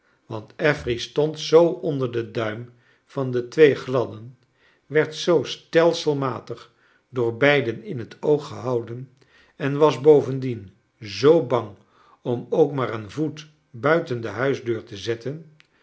want affery stond zoo onder den duim van de twee gladden werd zoo stelselmatig door beiden in he t oog gehouden en was bovendien zoo bang om ook maar een voet buiten de huisdeur te zetten